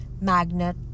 magnet